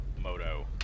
Moto